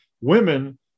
women